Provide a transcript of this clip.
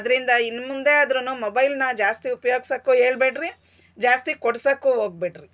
ಅದ್ರಿಂದ ಇನ್ ಮುಂದೆ ಆದ್ರುನು ಮೊಬೈಲ್ನ ಜಾಸ್ತಿ ಉಪಯೋಗ್ಸೋಕ್ ಏಳ್ಬೇಡ್ರಿ ಜಾಸ್ತಿ ಕೊಡ್ಸೋಕು ಹೋಗ್ಬೇಡ್ರಿ